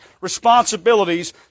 responsibilities